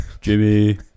Jimmy